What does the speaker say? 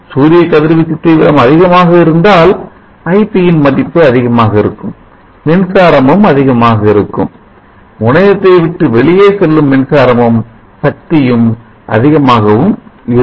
சூரிய கதிர்வீச்சு தீவிரம் அதிகமாக இருந்தால் ip ஐபி ன் மதிப்பும் அதிகமாக இருக்கும் மின்சாரமும் அதிகமாக இருக்கும் முனையத்தை விட்டு வெளியே செல்லும் மின்சாரமும் சக்தியும் அதிகமாகவும் இருக்கும்